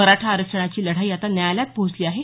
मराठा आरक्षणाची लढाई आता न्यायालयात पोहोचली आहे